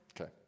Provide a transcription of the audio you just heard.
Okay